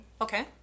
Okay